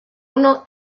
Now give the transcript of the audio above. uno